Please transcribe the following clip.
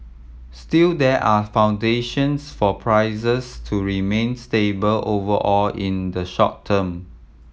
still there are foundations for prices to remain stable overall in the short term